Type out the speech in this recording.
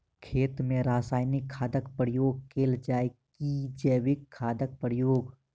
खेत मे रासायनिक खादक प्रयोग कैल जाय की जैविक खादक प्रयोग?